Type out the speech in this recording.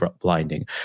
blinding